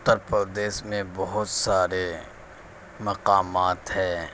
اتّر پردیش میں بہت سارے مقامات ہے